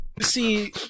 See